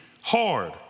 hard